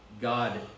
God